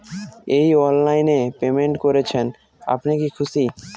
এই অনলাইন এ পেমেন্ট করছেন আপনি কি খুশি?